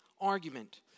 argument